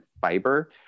fiber